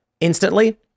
instantly